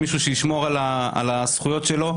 מישהו שישמור על הזכויות שלו,